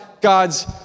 God's